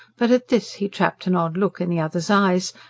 but at this he trapped an odd look in the other's eyes,